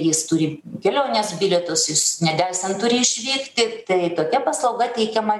jis turi kelionės bilietus jis nedelsiant turi išvykti tai tokia paslauga teikiama